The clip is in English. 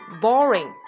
boring